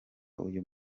uyu